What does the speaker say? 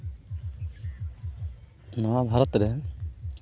ᱱᱚᱣᱟ ᱵᱷᱟᱨᱚᱛ ᱨᱮ